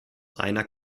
einer